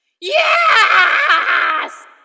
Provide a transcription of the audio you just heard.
Yes